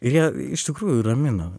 ir jie iš tikrųjų ramino